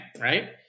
right